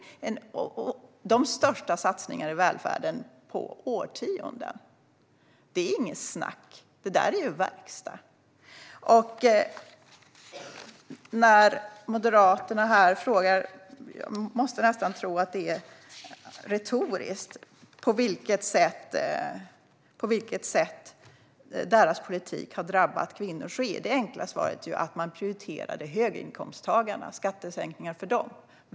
Detta är de största satsningarna i välfärden på årtionden. Det är inget snack. Det är verkstad. När Moderaterna här frågar på vilket sätt deras politik har drabbat kvinnor tror man nästan att det är retoriskt. Det enkla svaret är att de prioriterade skattesänkningar för höginkomsttagarna.